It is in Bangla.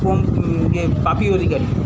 পম ইয়ে পাখি অধিকারী